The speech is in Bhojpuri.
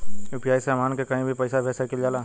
यू.पी.आई से हमहन के कहीं भी पैसा भेज सकीला जा?